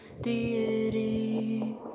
deity